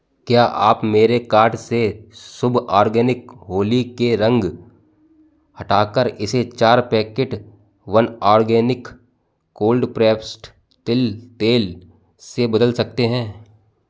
क्या आप मेरे कार्ट से शुभ ऑर्गेनिक होली के रंग हटाकर इसे चार packet one organic cold pressed तिल तेल से बदल सकते हैं